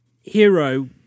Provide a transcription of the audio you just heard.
Hero